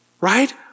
right